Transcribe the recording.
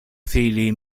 fili